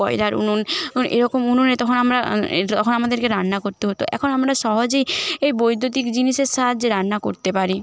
কয়লার উনুন এরকম উনুনে তখন আমরা তখন আমাদেরকে রান্না করতে হত এখন আমরা সহজেই এই বৈদ্যুতিক জিনিসের সাহায্যে রান্না করতে পারি